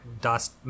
dust